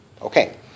Okay